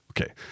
Okay